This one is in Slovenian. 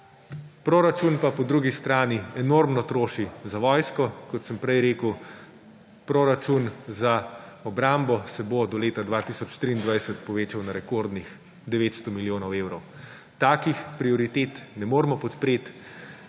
Proračun pa po drugi strani enormno troši za vojsko, kot sem prej rekel, proračun za obrambo se bo do leta 2023 povečal na rekordnih 900 milijonov evrov. Takih prioritet ne moremo podpreti,